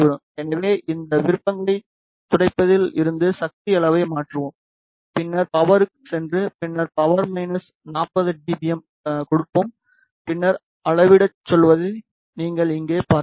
எனவே இந்த விருப்பங்களைத் துடைப்பதில் இருந்து சக்தி அளவை மாற்றுவோம் பின்னர் பவர்க்கு சென்று பின்னர் மைனஸ் 40 டிபிஎம் கொடுப்போம் பின்னர் அளவிடச் செல்வதை நீங்கள் இங்கே பார்க்கிறீர்கள்